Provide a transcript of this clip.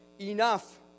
enough